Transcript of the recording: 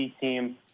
team